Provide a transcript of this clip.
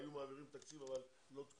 היו מעבירים תקציב אבל לא את כולו,